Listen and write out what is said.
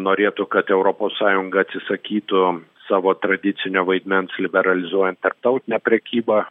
norėtų kad europos sąjunga atsisakytų savo tradicinio vaidmens liberalizuojant tarptautinę prekybą